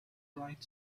bright